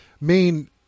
main